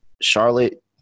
Charlotte